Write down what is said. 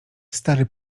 stary